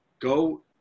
go